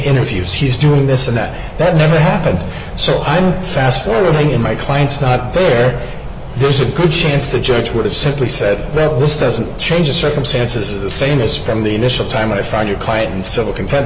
interviews he's doing this and that that never happened so i'm fast forwarding in my client's not there there's a good chance the judge would have simply said well this doesn't change the circumstances the same as from the initial time i found your client in civil c